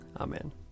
Amen